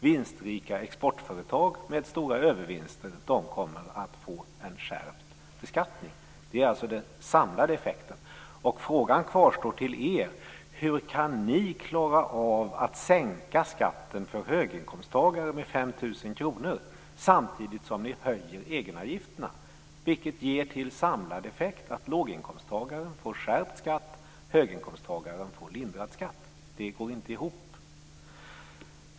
Vinstrika exportföretag med stora övervinster kommer att få en skärpt beskattning. Det är den samlade effekten. Frågan till er kvarstår: Hur kan ni sänka skatten för höginkomsttagare med 5 000 kr samtidigt som ni höjer egenavgifterna, vilket ger den samlade effekten att låginkomsttagaren får skärpt skatt och höginkomsttagaren får lindrad skatt? Det går inte ihop.